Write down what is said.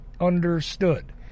understood